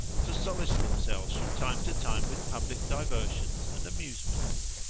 to solace themselves from time to time with public diversions and amusements.